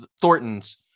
Thornton's